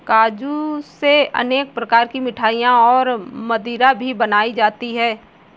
काजू से अनेक प्रकार की मिठाईयाँ और मदिरा भी बनाई जाती है